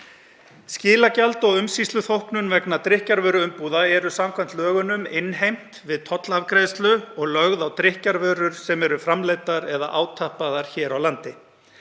Skilagjald og umsýsluþóknun vegna drykkjarvöruumbúða eru samkvæmt lögunum innheimt við tollafgreiðslu og lögð á drykkjarvörur sem eru framleiddar eða átappaðar hér á landi.